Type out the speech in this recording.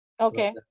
Okay